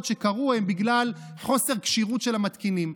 שקרו הן בגלל חוסר כשירות של המתקינים,